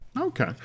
okay